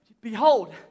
Behold